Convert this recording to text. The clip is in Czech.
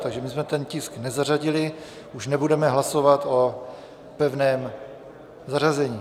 Takže my jsme ten tisk nezařadili, už nebudeme hlasovat o pevném zařazení.